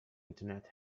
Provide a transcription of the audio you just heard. internet